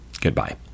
goodbye